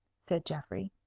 said geoffrey.